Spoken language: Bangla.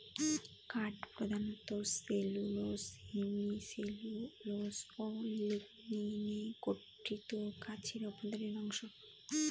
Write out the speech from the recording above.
কাঠ প্রধানত সেলুলোস হেমিসেলুলোস ও লিগনিনে গঠিত গাছের অভ্যন্তরীণ অংশ